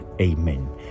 Amen